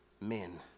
men